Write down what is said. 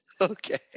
Okay